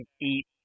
eat